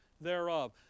thereof